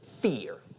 fear